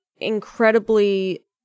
incredibly